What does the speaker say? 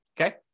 okay